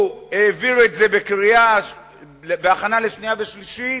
הוא העביר את זה בהכנה לקריאה שנייה וקריאה שלישית